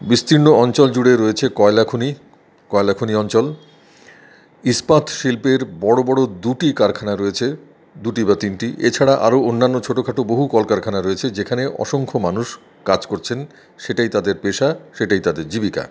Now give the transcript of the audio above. বিস্তীর্ণ অঞ্চল জুড়ে রয়েছে কয়লাখনি কয়লাখনি অঞ্চল ইস্পাতশিল্পের বড়ো বড়ো দুটি কারখানা রয়েছে দুটি বা তিনটি এছাড়া আরও অন্যান্য ছোটো খাটো বহু কলকারখানা রয়েছে যেখানে অসংখ্য মানুষ কাজ করছেন সেটাই তাদের পেশা সেটাই তাদের জীবিকা